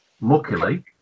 Luckily